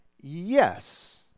yes